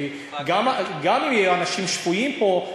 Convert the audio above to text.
ואם אנשים שפויים פה,